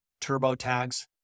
TurboTags